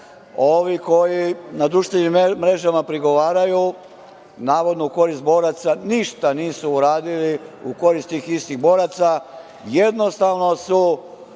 koji na društvenim mrežama prigovaraju, navodno u korist boraca, ništa nisu uradili u korist tih istih boraca. Jednostavno su